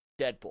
Deadpool